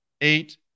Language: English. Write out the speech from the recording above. eight